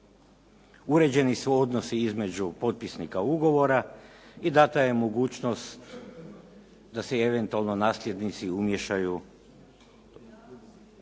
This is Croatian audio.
Uređeni su odnosi između potpisnika ugovora i dana je mogućnost da se i eventualno nasljednici umiješaju, dana